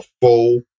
full